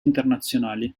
internazionali